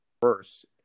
first